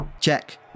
Check